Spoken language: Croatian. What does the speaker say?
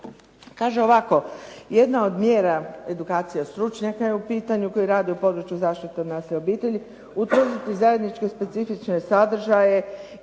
Kaže ovako: Jedna od mjera edukacije stručnjaka je u pitanju koji rade u području zaštite od nasilja u obitelji, utvrditi zajedničke specifične sadržaje